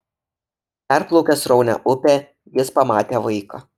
perplaukęs sraunią upę jis pamatė vaiką